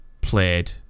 played